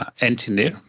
engineer